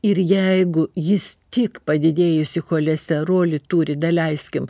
ir jeigu jis tik padidėjusį cholesterolį turi daleiskim